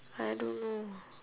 I don't know